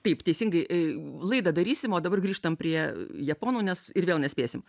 taip teisingai laidą darysim o dabar grįžtam prie japonų nes ir vėl nespėsim